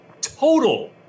total